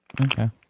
Okay